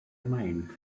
mind